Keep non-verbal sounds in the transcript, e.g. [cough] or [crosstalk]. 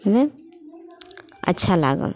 [unintelligible] अच्छा लागल